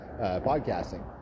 podcasting